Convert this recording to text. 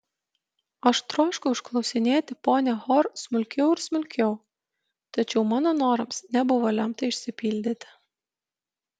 aš troškau išklausinėti ponią hor smulkiau ir smulkiau tačiau mano norams nebuvo lemta išsipildyti